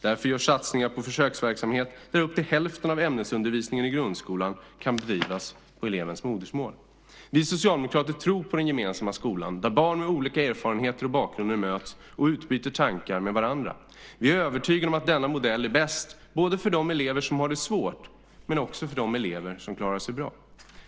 Därför görs satsningar på försöksverksamhet där upp till hälften av ämnesundervisningen i grundskolan kan bedrivas på elevens modersmål. Vi socialdemokrater tror på den gemensamma skolan där barn med olika erfarenheter och bakgrunder möts och utbyter tankar med varandra. Vi är övertygade om att denna modell är bäst, både för de elever som har det svårt och också för de elever som klarar sig bra.